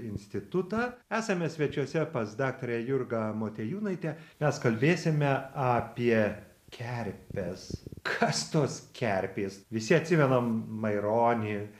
institutą esame svečiuose pas daktarę jurgą motiejūnaitę mes kalbėsime apie kerpes kas tos kerpės visi atsimenam maironį